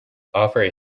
offered